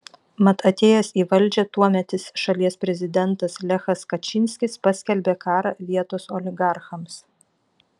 mat atėjęs į valdžią tuometis šalies prezidentas lechas kačynskis paskelbė karą vietos oligarchams